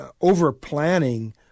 over-planning